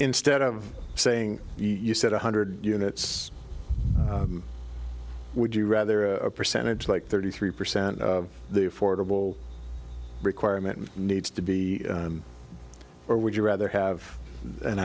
instead of saying you said one hundred units would you rather a percentage like thirty three percent of the affordable requirement needs to be or would you rather have an